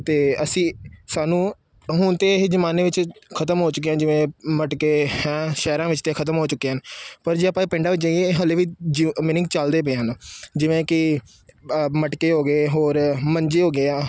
ਅਤੇ ਅਸੀਂ ਸਾਨੂੰ ਹੁਣ ਤਾਂ ਇਹ ਜਮਾਨੇ ਵਿੱਚ ਖ਼ਤਮ ਹੋ ਚੁੱਕੇ ਹਨ ਜਿਵੇਂ ਮਟਕੇ ਹੈਂ ਸ਼ਹਿਰਾਂ ਵਿੱਚ ਤਾਂ ਖ਼ਤਮ ਹੋ ਚੁੱਕੇ ਹਨ ਪਰ ਜੇ ਆਪਾਂ ਪਿੰਡਾਂ ਵਿੱਚ ਜਾਈਏ ਹਜੇ ਵੀ ਮੀਨਿੰਗ ਚੱਲਦੇ ਪਏ ਹਨ ਜਿਵੇਂ ਕਿ ਮਟਕੇ ਹੋ ਗਏ ਹੋਰ ਮੰਜੇ ਹੋ ਗਏ ਆ